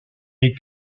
est